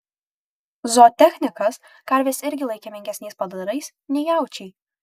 zootechnikas karves irgi laikė menkesniais padarais nei jaučiai